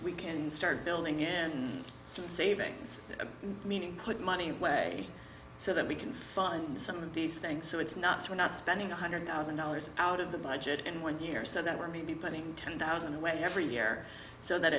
we can start building in savings meaning put money away so that we can fund some of these things so it's not so we're not spending one hundred thousand dollars out of the budget and one year or so that we're maybe putting ten thousand away every year so that